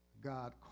God